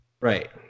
Right